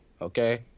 Okay